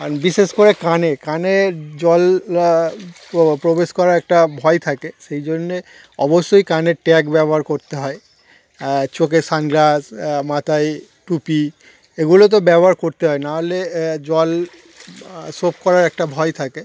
আর বিশেষ করে কানে কানে জল প্রবেশ করার একটা ভয় থাকে সেই জন্যে অবশ্যই কানের ট্যাগ ব্যবহার করতে হয় চোখে সানগ্লাস মাথায় টুপি এগুলো তো ব্যবহার করতে হয় নাহলে জল শোপ করার একটা ভয় থাকে